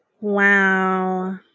Wow